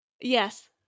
Yes